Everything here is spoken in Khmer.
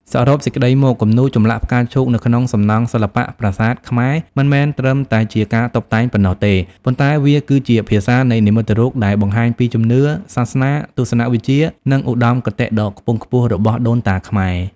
សរុបសេចក្តីមក គំនូរចម្លាក់ផ្កាឈូកនៅក្នុងសំណង់សិល្បៈប្រាសាទខ្មែរមិនមែនត្រឹមតែជាការតុបតែងប៉ុណ្ណោះទេ ប៉ុន្តែវាគឺជា ភាសានៃនិមិត្តរូបដែលបង្ហាញពីជំនឿ សាសនា ទស្សនវិជ្ជា និងឧត្តមគតិដ៏ខ្ពង់ខ្ពស់របស់ដូនតាខ្មែរ។